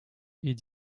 est